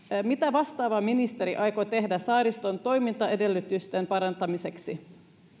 mitä vastaava ministeri aikoo tehdä saariston toimintaedellytysten parantamiseksi